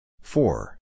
Four